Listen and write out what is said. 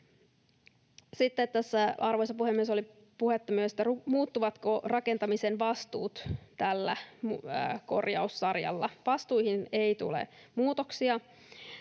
Arvoisa puhemies! Sitten tässä oli puhetta myös siitä, muuttuvatko rakentamisen vastuut tällä korjaussarjalla. Vastuihin ei tule muutoksia.